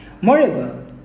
moreover